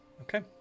okay